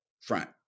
front